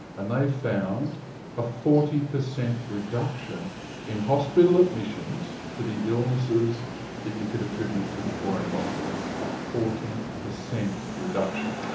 and they found a forty percent reduction in hospital admissions for the illnesses that you could attribute to the poor environment a forty percent reduction.